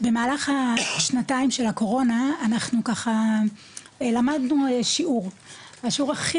במהלך השנתיים של הקורונה אנחנו ככה למדנו שיעור והשיעור הכי